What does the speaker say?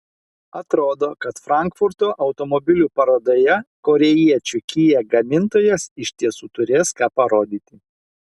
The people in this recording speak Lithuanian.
atrodo kad frankfurto automobilių parodoje korėjiečių kia gamintojas iš tiesų turės ką parodyti